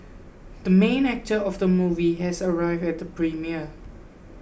the main actor of the movie has arrived at the premiere